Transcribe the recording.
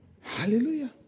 Hallelujah